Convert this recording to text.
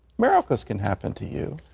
miracles can happen to you.